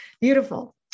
Beautiful